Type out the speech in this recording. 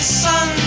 sun